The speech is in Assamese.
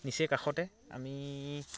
নিচেই কাষতে আমি